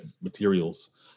materials